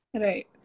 Right